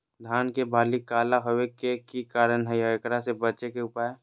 धान के बाली काला होवे के की कारण है और एकरा से बचे के उपाय?